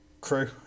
crew